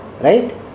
Right